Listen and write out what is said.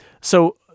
So-